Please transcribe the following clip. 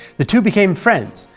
the two became friends,